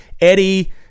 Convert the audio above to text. Eddie